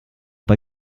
bei